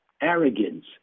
arrogance